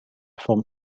forme